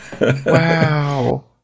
Wow